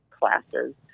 classes